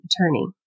attorney